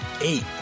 Eight